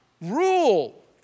rule